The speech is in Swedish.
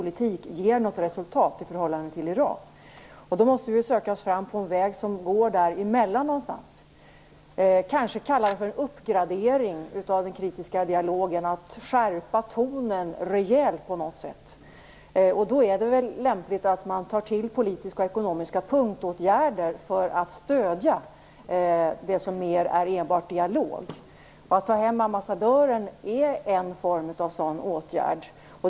Fru talman! Många av oss - inklusive statsrådet - är tydligen överens om att varken den kritiska dialogen eller isoleringspolitik ger något resultat i förhållande till Iran. Vi får då söka oss fram på en väg som går där emellan, kanske en uppgradering av den kritiska dialogen med en rejäl skärpning av tonen. Då är det väl lämpligt att ta till politiska och ekonomiska punktåtgärder för att stödja det som är mer än enbart dialog. Att ta hem ambassadören är en sådan åtgärd.